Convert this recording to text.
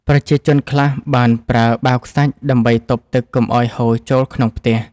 ប្រជាជនខ្លះបានប្រើបាវខ្សាច់ដើម្បីទប់ទឹកកុំឱ្យហូរចូលក្នុងផ្ទះ។